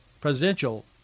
presidential